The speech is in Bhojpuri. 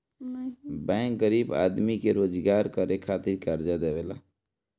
बैंक गरीब आदमी के रोजगार करे खातिर कर्जा देवेला